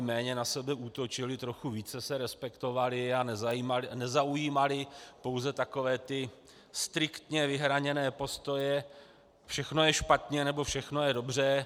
Méně na sebe útočili, trochu více se respektovali a nezaujímali pouze takové striktně vyhraněné postoje všechno je špatně nebo všechno je dobře.